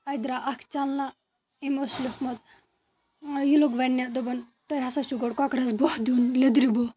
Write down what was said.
اَتہِ درٛاو اَکھ چَنلا أمۍ اوس لیوٚکھمُت یہِ لوٚگ وَننہِ دوٚپُن تۄہہِ ہسا چھُو گۄڈٕ کۄکٕرَس بَہہ دیُن لیٚدرِ بَہہ